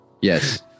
Yes